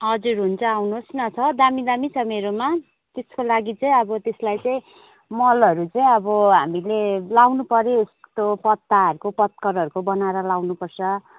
हजुर हुन्छ आउनुहोस् न त दामी दामी छ मेरोमा त्यसको लागि चाहिँ अब त्यसलाई चाहिँ मलहरू चाहिँ अब हामीले लाउनुपर्यो यस्तो पत्ताहरूको पत्करहरूको बनाएर लाउनुपर्छ